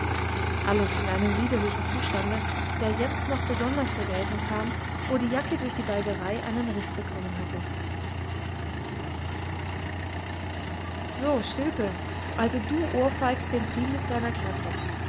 alles in einem liederlichen zustande der jetzt noch besonders zur geltung kam wo die jacke durch die balgerei einen riß bekommen hatte so stilpe also du ohrfeigst den primus deiner klasse